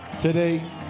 today